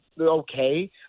okay